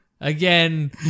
Again